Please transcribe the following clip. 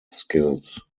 skills